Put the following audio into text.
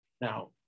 Now